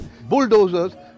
Bulldozers